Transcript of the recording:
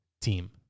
team